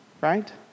right